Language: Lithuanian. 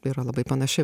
yra labai panaši